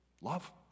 love